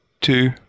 two